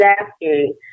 asking